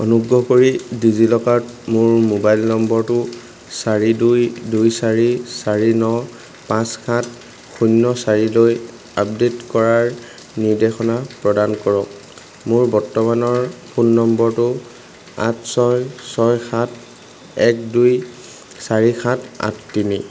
অনুগ্ৰহ কৰি ডিজিলকাৰত মোৰ মোবাইল নম্বৰটো চাৰি দুই দুই চাৰি চাৰি ন পাঁচ সাত শূন্য চাৰিলৈ আপডেট কৰাৰ নিৰ্দেশনা প্ৰদান কৰক মোৰ বৰ্তমানৰ ফোন নম্বৰটো আঠ ছয় ছয় সাত এক দুই চাৰি সাত আঠ তিনি